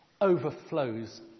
overflows